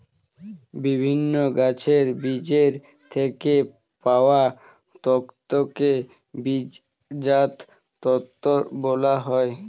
বিভিন্ন গাছের বীজের থেকে পাওয়া তন্তুকে বীজজাত তন্তু বলা হয়